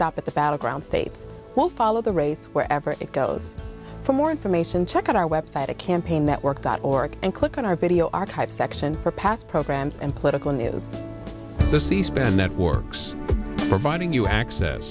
stop at the battleground state we'll follow the race wherever it goes for more information check out our web site a campaign network dot org and click on our video archive section for past programs and political news this c span networks providing you access